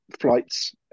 flights